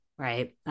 Right